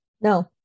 No